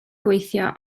gweithio